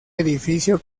edificio